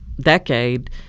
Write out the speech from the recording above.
decade